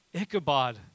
Ichabod